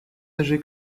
âgé